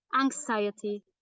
anxiety